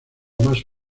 más